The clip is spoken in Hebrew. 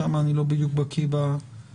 שם אני לא בדיוק בקי בהגדרות,